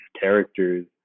characters